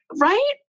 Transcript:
right